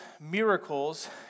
miracles